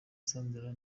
sandra